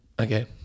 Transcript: Okay